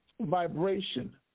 vibration